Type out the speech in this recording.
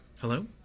Hello